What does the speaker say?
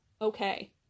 okay